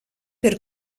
per